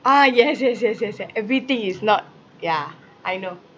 ah yes yes yes yes ya everything is not ya I know